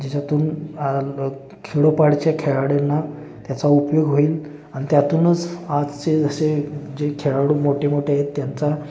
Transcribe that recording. ज्याच्यातून खेडोपाडीच्या खेळाडूंना त्याचा उपयोग होईल आणि त्यातूनच आजचे जसे जे खेळाडू मोठे मोठे आहेत त्यांचा